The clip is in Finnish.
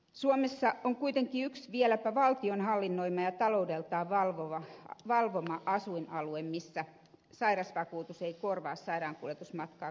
suomessa on kuitenkin yksi ja vieläpä valtion hallinnoima ja taloudeltaan valvoma asuinalue missä sairausvakuutus ei korvaa sairaankuljetusmatkaa kaikissa tilanteissa